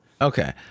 Okay